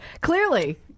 Clearly